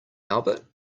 albert